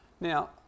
Now